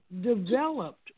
developed